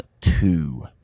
two